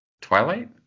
Twilight